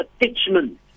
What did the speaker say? attachment